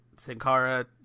Sankara